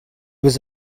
was